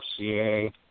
FCA